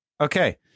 Okay